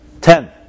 ten